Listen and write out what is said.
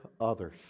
others